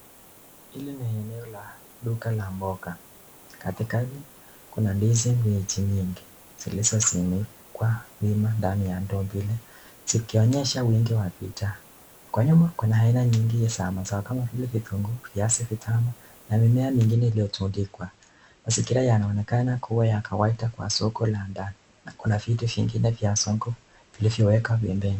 Hili ni eneo la duka la mboga. Katikati, kuna ndizi mbichi nyingi zilizo simikwa wima ndani ya ndoo mbili zikionyesha wingi wa bidhaa. Kwa nyuma, kuna aina mingi ya mazao kama vile vitunguu, viazi vitamu na mimea mingine iliyotandikwa. Mazingira yanaonekana kua ya kawaida kwa soko la ndani na kuna vitu vingine vya soko vilivyowekwa pembeni.